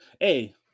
Hey